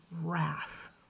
wrath